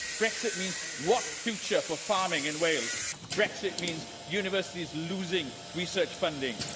brexit means, what future for farming in wales brexit means universities losing research funding.